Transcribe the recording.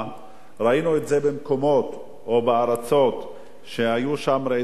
ראינו את זה בארצות שהיו שם רעידות אדמה